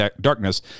darkness